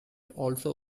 also